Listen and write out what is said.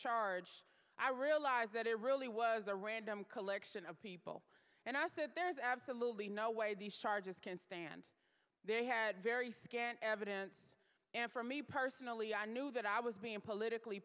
charged i realized that it really was a random collection of people and i said there's absolutely no way these charges can stand they had very scant evidence and for me personally i knew that i was being politically